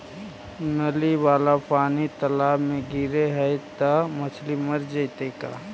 नली वाला पानी तालाव मे गिरे है त मछली मर जितै का?